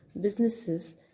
businesses